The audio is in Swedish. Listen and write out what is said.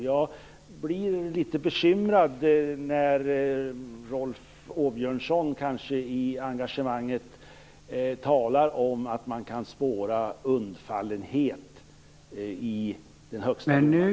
Jag blir litet bekymrad när Rolf Åbjörnsson - kanske på grund av sitt engagemang - talar om att man kan spåra undfallenhet i den högsta domarkåren.